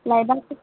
लायोबा